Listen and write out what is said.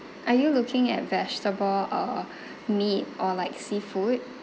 are you looking at vegetable uh meat or like seafood